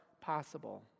possible